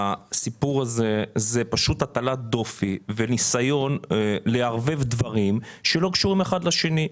הסיפור הזה זה פשוט הטלת דופי וניסיון לערבב דברים שלא קשורים אחד לשני.